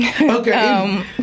Okay